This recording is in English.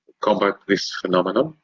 um but this phenomenon.